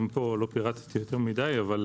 גם פה, לא פירטתי יותר מדי, אבל